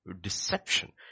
deception